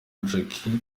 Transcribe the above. jacky